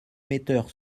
metteurs